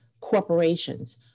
corporations